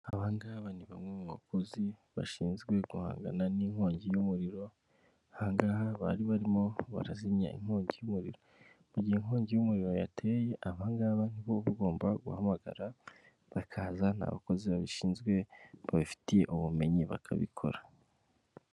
Abahanga ni bamwe mu bakozi bashinzwe guhangana n'inkongi y'umuriro, aha ngaha bari barimo barazimya inkongi y'umuriro. Mu gihe inkongi y'umuriro yateye, aba ngaba ni bo uba ugomba guhamagara, bakazana abakozi babishinzwe babifitiye ubumenyi bakabikora.